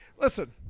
Listen